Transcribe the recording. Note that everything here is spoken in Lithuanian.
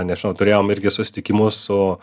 nežinau turėjom irgi susitikimus su